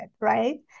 right